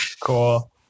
cool